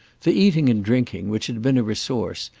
the eating and drinking, which had been a resource,